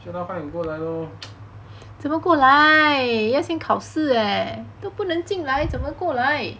okay lor 快点过来 lor